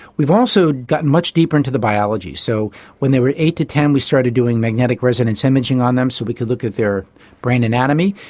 we've also gotten much deeper into the biology. so when they were eight to ten we started doing magnetic resonance imaging on them so we could look at their brain anatomy,